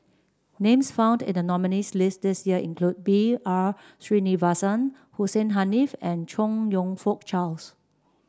names found in the nominees' list this year include B R Sreenivasan Hussein Haniff and Chong You Fook Charles